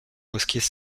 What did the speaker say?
mosquées